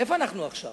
איפה אנחנו עכשיו?